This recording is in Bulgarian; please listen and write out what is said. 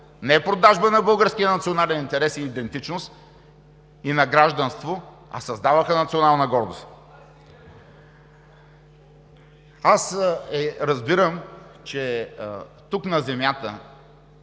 Не продажба на българския национален интерес, идентичност и гражданство, а създаваха национална гордост. (Реплики.) Аз разбирам, че тук, на Земята,